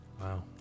wow